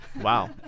Wow